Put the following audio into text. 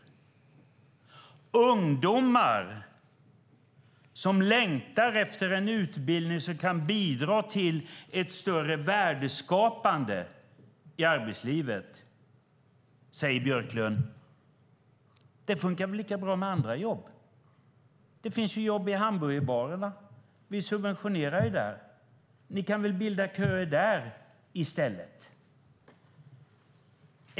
Till ungdomar som längtar efter en utbildning som kan bidra till ett större värdeskapande i arbetslivet säger Björklund: Det funkar väl lika bra med andra jobb. Det finns jobb i hamburgerbarerna. Vi subventionerar ju där. Ni kan väl bilda köer där i stället.